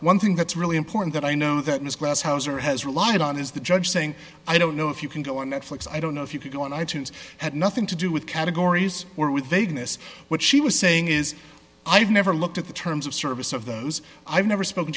one thing that's really important that i know that miss grass hauser has relied on is the judge saying i don't know if you can go on netflix i don't know if you could go on i tunes had nothing to do with categories or with vagueness what she was saying is i've never looked at the terms of service of those i've never spoken